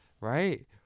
right